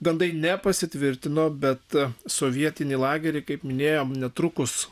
gandai nepasitvirtino bet sovietinį lagerį kaip minėjom netrukus